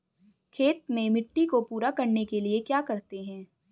खेत में मिट्टी को पूरा करने के लिए क्या करते हैं?